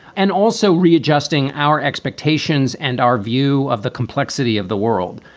and also readjusting our expectations and our view of the complexity of the world.